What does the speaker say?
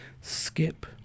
Skip